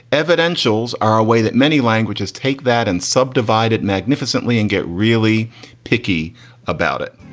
evidentially are a way that many languages take that and subdivide it magnificently and get really picky about it.